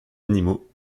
animaux